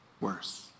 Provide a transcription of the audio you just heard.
worse